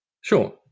Sure